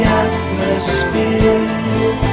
atmosphere